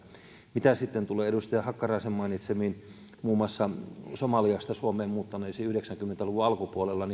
mitä sitten tulee edustaja hakkaraisen mainitsemiin muun muassa somaliasta yhdeksänkymmentä luvun alkupuolella